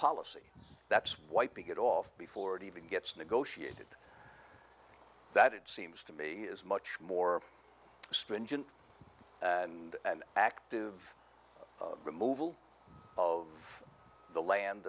policy that's wiping it off before it even gets negotiated that it seems to me is much more stringent and active removal of the land